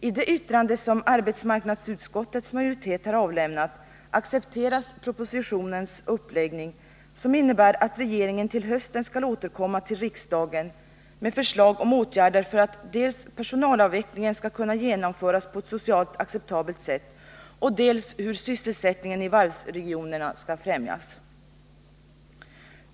I det yttrande som arbetsmarknadsutskottets majoritet har avlämnat accepteras propositionens uppläggning, som innebär att regeringen till hösten skall återkomma till riksdagen med förslag dels till åtgärder för att personalutvecklingen skall kunna genomföras på ett socialt acceptabelt sätt, dels om hur sysselsättningen i varvsregionen skall främjas.